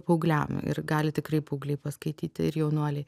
paaugliam ir gali tikrai paaugliai paskaityti ir jaunuoliai